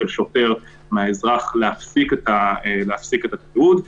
של שוטר מהאזרח להפסיק את התיעוד.